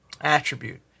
attribute